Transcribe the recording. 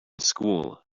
school